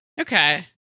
Okay